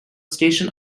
station